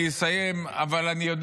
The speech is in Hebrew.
ואני מסיים,